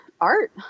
art